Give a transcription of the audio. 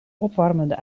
opwarmende